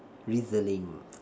drizzling